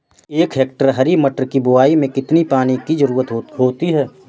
एक हेक्टेयर हरी मटर की बुवाई में कितनी पानी की ज़रुरत होती है?